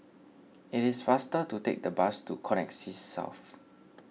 it is faster to take the bus to Connexis South